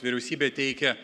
vyriausybė teikia